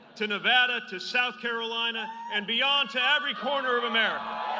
to nevada to south carolina and beyond to every corner of america.